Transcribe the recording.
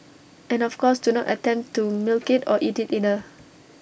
and of course do not attempt to milk IT or eat IT either